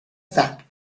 that